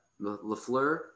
Lafleur